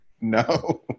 no